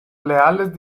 leales